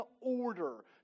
order